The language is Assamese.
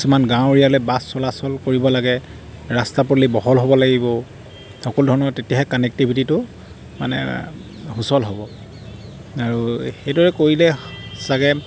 কিছুমান গাঁও এৰিয়ালৈ বাছ চলাচল কৰিব লাগে ৰাস্তা পদূলি বহল হ'ব লাগিব সকলো ধৰণৰ তেতিয়াহে কানেক্টিভিটিটো মানে সুচল হ'ব আৰু সেইদৰে কৰিলে ছাগৈ